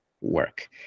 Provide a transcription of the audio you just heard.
work